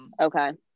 Okay